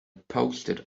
posted